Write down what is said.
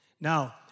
Now